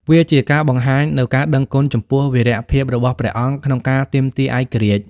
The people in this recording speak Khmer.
វាជាការបង្ហាញនូវការដឹងគុណចំពោះវីរភាពរបស់ព្រះអង្គក្នុងការទាមទារឯករាជ្យ។